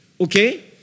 Okay